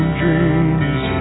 dreams